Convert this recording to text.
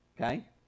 okay